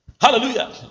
hallelujah